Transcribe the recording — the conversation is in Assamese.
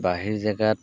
বাহিৰ জেগাত